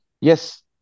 Yes